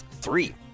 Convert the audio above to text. Three